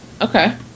Okay